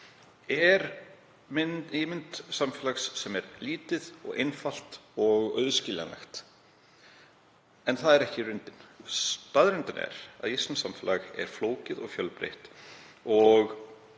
er ímynd samfélags sem er lítið og einfalt og auðskiljanlegt. En það er ekki reyndin. Staðreyndin er sú að íslenskt samfélag er flókið og fjölbreytt.